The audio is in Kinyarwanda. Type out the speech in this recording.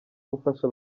gufasha